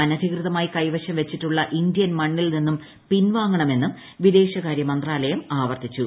അനധികൃതമായി കൈവശം വെച്ചിട്ടുള്ള ഇന്തൃൻ മണ്ണിൽ നിന്നും പിൻവാങ്ങണമെന്നും വിദേശകാരൃ മന്ത്രാലയം ആവർത്തിച്ചു